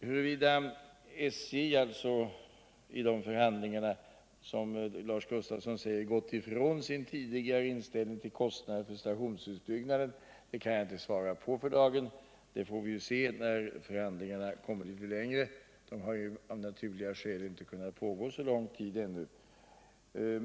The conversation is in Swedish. Huruvida SJ i de förhandlingarna, som Lars Gustafsson säger, gått ifrån sin tidigare inställning till kostnaderna för stationsutbyggnaden kan jag för dagen inte svara på. Det får vi se när förhandlingarna kommit litet längre. De har av naturliga skäl ännu inte pågått så länge.